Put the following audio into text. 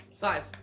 Five